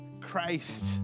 Christ